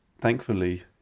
thankfully